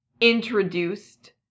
introduced